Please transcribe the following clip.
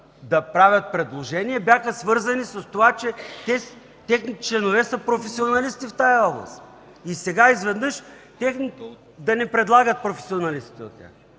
да правят предложения, бяха свързани с това, че техните членове са професионалисти в тази област. И сега изведнъж – да не предлагат професионалисти.